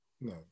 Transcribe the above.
No